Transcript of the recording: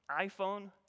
iPhone